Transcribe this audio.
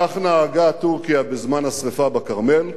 כך נהגה טורקיה בזמן השרפה בכרמל,